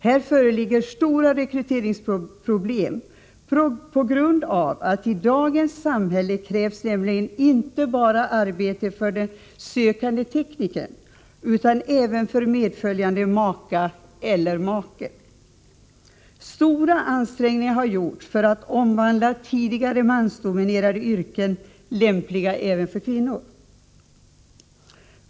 Här föreligger stora rekryteringsproblem på grund av att det i dagens samhälle inte bara krävs arbete för den sökande teknikern, utan även för medföljande maka eller make. Mycken möda har lagts ner på att göra tidigare mansdominerade yrken lämpliga även för kvinnor.